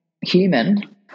human